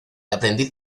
aprendiz